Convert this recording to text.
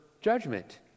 judgment